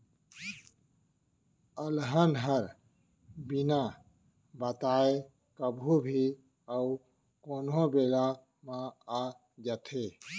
अलहन ह बिन बताए कभू भी अउ कोनों बेरा म आ जाथे